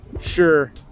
Sure